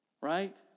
right